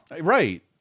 Right